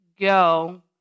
go